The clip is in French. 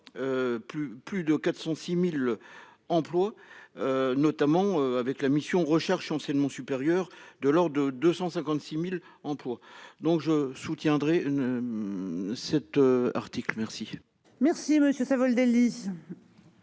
plus de 406.000. Emplois. Notamment avec la mission recherche enseignement supérieur de l'or, de 256.000 emplois. Donc je soutiendrai. Cet article, merci. Merci monsieur Savoldelli.--